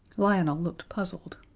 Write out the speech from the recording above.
lionel looked puzzled.